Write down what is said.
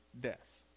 death